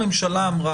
כאן הממשלה אמרה